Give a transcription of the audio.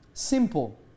Simple